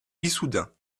issoudun